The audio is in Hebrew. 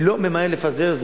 אני לא ממהר לפזר,